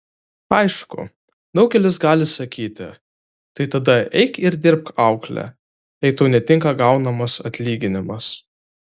aišku daugelis gali sakyti tai tada eik ir dirbk aukle jei tau netinka gaunamas atlyginimas